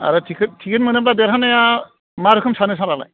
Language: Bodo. आरो टिकिद टिकिद मोनोबा देरहानाया मा रोखोम सानो सारालाय